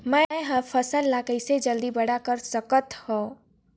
मैं ह फल ला कइसे जल्दी बड़ा कर सकत हव?